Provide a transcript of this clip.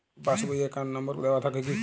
Pass বই এ account number দেওয়া থাকে কি?